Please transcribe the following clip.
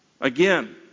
Again